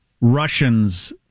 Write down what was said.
Russians